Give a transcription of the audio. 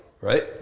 right